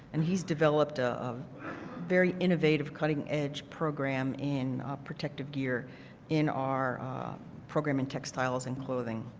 and he has developed a um very innovative cutting edge program in protective gear in our program in textiles and clothing